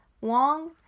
Wong